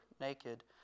naked